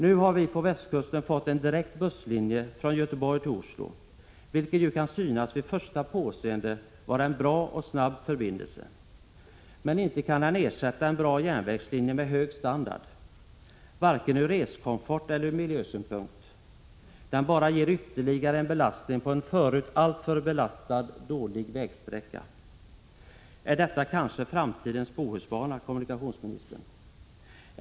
Nu har vi på västkusten fått en direkt busslinje mellan Göteborg och Oslo, vilket ju vid första påseende kan synas vara en bra och snabb förbindelse. Men inte kan den ersätta en bra järnvägslinje med hög standard, varken ur reskomforteller ur miljösynpunkt. Den ger bara ytterligare en belastning på en förut alltför hårt belastad dålig vägsträcka. Är detta kanske framtidens Bohusbana, kommunikationsministern?